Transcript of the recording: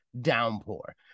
Downpour